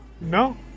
No